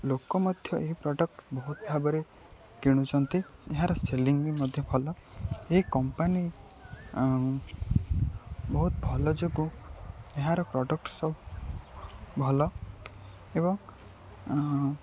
ଲୋକ ମଧ୍ୟ ଏହି ପ୍ରଡ଼କ୍ଟ ବହୁତ ଭାବରେ କିଣୁଛନ୍ତି ଏହାର ସେଲିଂ ବି ମଧ୍ୟ ଭଲ ଏହି କମ୍ପାନୀ ବହୁତ ଭଲ ଯୋଗୁଁ ଏହାର ପ୍ରଡ଼କ୍ଟ ସବୁ ଭଲ ଏବଂ